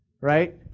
right